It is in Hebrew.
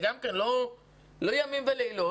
זה לא ימים ולילות.